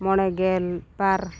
ᱢᱚᱬᱮ ᱜᱮᱞ ᱵᱟᱨ